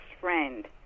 friend